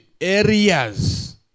areas